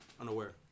unaware